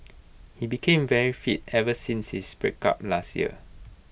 he became very fit ever since his breakup last year